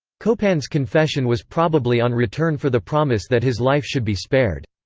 copin's confession was probably on return for the promise that his life should be spared.